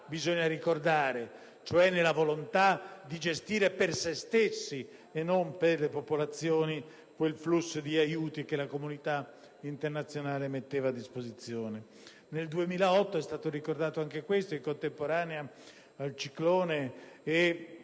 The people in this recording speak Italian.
e per avidità, ossia la volontà di gestire per se stessi e non per le popolazioni quel flusso di aiuti che la comunità internazionale metteva a disposizione. Nel 2008 - è stato ricordato anche questo - in contemporanea al ciclone